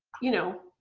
you know.